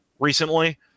Recently